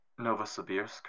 Novosibirsk